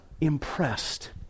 impressed